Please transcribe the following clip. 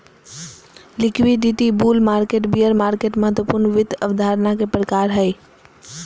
liquidity, bull market, bear market महत्वपूर्ण वित्त अवधारणा के प्रकार हय